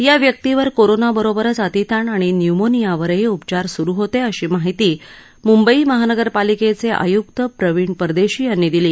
या व्यक्तीवर कोरोना बरोबरच अतिताण आणि न्य्मोनियावरही उपचार सुरू होते अशी माहिती मुंबई महानगरपालिकेचे आयुक्त प्रवीण परदेशी यांनी दिली